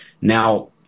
Now